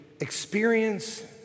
experience